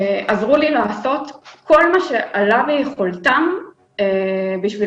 עזרו לי לעשות כל מה שעלה ביכולתם בשביל